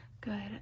Good